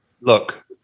look